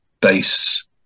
base